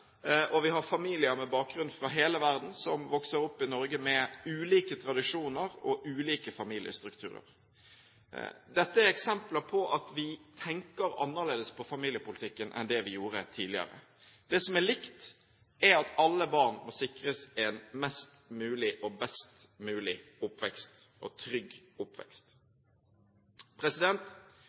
og vi har familier med bakgrunn fra hele verden som vokser opp i Norge med ulike tradisjoner og ulike familiestrukturer. Dette er eksempler på at vi tenker annerledes på familiepolitikken enn det vi gjorde tidligere. Det som er likt, er at alle barn må sikres en best mulig og tryggest mulig oppvekst.